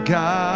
God